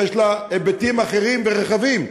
ויש לה היבטים אחרים ורחבים.